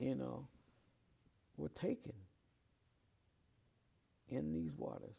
you know were taken in these water